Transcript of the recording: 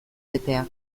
betea